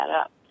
up